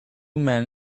men